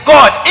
God